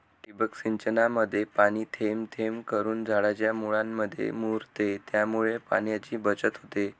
ठिबक सिंचनामध्ये पाणी थेंब थेंब करून झाडाच्या मुळांमध्ये मुरते, त्यामुळे पाण्याची बचत होते